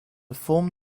form